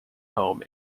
home